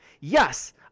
Yes